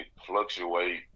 fluctuate